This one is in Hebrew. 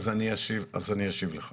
אז אני אשיב לך,